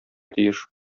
тиеш